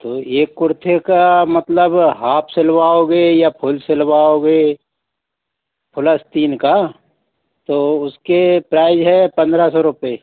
तो एक कुर्ते का मतलब हाफ सिलवाओगे या फुल सिलवाओगे फुल अस्तीन का तो उसके प्राइज है पन्द्रह सौ रुपये